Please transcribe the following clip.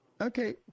Okay